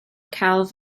celf